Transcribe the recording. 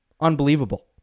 Unbelievable